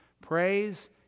Praise